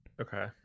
Okay